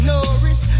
Norris